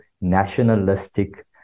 nationalistic